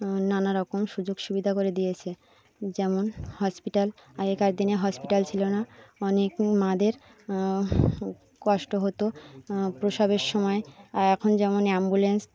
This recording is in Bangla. নানা রকম সুযোগ সুবিধা করে দিয়েছে যেমন হসপিটাল আগেকার দিনে হসপিটাল ছিলো না অনেক মাদের কষ্ট হতো প্রসবের সময় এখন যেমন অ্যাম্বুলেন্স